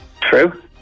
True